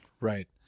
Right